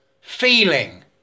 feeling